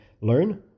learn